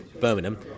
Birmingham